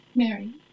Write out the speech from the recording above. Mary